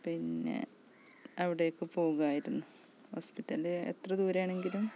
പിന്നെ അവിടേക്ക് പോകുമായിരുന്നു ഹോസ്പിറ്റൽ എത്ര ദൂരെയാണെങ്കിലും